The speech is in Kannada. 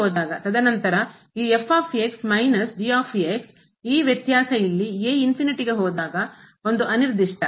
ತದನಂತರ ಈ ಮೈನಸ್ ಈ ವ್ಯತ್ಯಾಸ ಇಲ್ಲಿ a ಗೆ ಹೋದಾಗ ಅನಿರ್ದಿಷ್ಟ